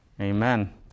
Amen